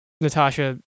Natasha